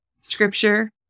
scripture